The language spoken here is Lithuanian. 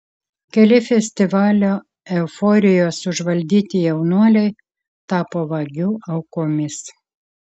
keli festivalio euforijos užvaldyti jaunuoliai tapo vagių aukomis